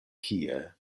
kie